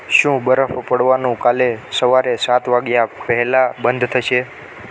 શું બરફ પડવાનું કાલે સવારે સાત વાગ્યા પહેલા બંધ થશે